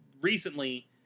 recently